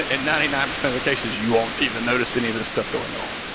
and ninety nine percent of the case is you won't even notice any of this stuff going on.